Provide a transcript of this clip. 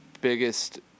biggest